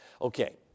Okay